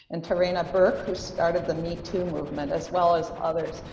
and tarana burke who started the metoo movement, as well as others.